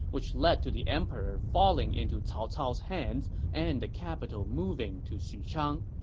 which led to the emperor falling into cao cao's hands and the capital moving to xuchang